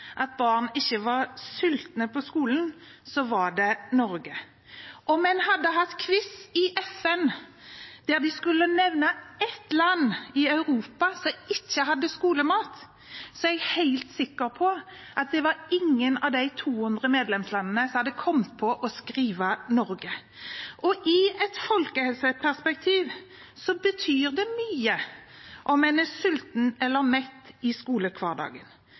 FN der de skulle nevne ett land i Europa som ikke hadde skolemat, er jeg helt sikker på at det var ingen av de 200 medlemslandene som hadde kommet på å skrive Norge. I et folkehelseperspektiv betyr det mye om en er sulten eller mett i skolehverdagen.